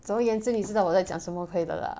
总而言之你知道我在讲什么可以了 lah